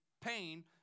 pain